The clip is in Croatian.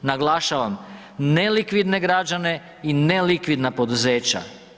Naglašavam nelikvidne građane i nelikvidna poduzeća.